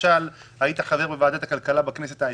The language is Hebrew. היית חבר בוועדת הכלכלה בכנסת ה-20,